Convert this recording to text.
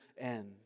end